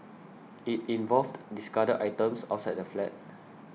it involved discarded items outside the flat